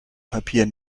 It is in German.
papier